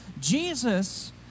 Jesus